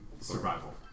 Survival